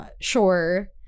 sure